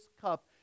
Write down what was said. cup